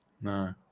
No